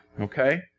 Okay